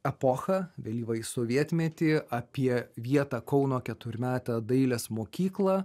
epochą vėlyvąjį sovietmetį apie vietą kauno keturmetę dailės mokyklą